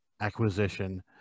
acquisition